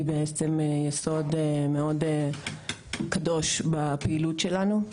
זה בעצם יסוד שהוא מאוד קדוש בפעילות שלנו.